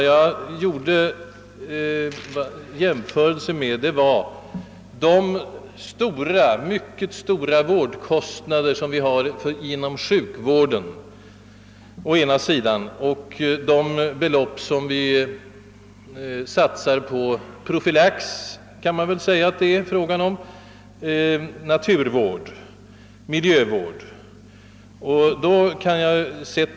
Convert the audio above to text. Jag gjorde en jämförelse mellan å ena sidan de mycket stora vårdkostnader som vi har inom sjukvården och å andra sidan de belopp som vi satsar på profylax, som ju naturvård, miljövård o.s.v. kan anses vara.